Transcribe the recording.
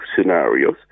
scenarios